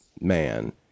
man